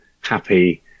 happy